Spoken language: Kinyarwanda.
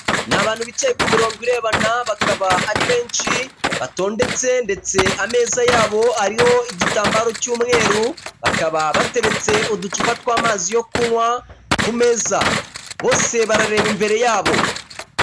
N'abantu bicaye ku mirongo irebana, bakaba ari benshi, batondetse ndetse ameza yabo ariho igitambaro cy'umweru; bakaba bateretse uducupa tw'amazi yo kunywa ku meza, bose barareba imbere yabo.